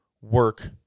work